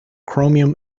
chromium